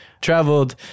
traveled